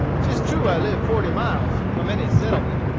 tis true i live forty miles from any settlement.